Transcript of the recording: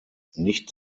nicht